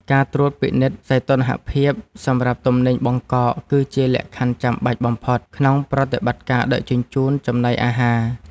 ការត្រួតពិនិត្យសីតុណ្ហភាពសម្រាប់ទំនិញបង្កក គឺជាលក្ខខណ្ឌចាំបាច់បំផុតក្នុងប្រតិបត្តិការដឹកជញ្ជូនចំណីអាហារ។